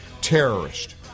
terrorist